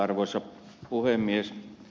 arvoisa puhemies